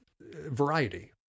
variety